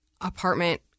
apartment